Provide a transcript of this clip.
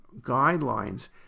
guidelines